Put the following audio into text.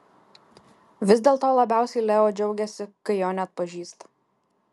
vis dėlto labiausiai leo džiaugiasi kai jo neatpažįsta